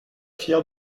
fier